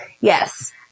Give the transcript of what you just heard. Yes